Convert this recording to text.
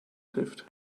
trifft